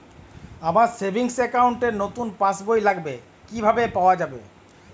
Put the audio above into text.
আমার savings account র নতুন পাসবই লাগবে, কিভাবে পাওয়া যাবে?